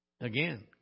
Again